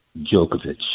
Djokovic